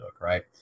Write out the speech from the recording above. right